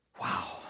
Wow